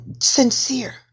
sincere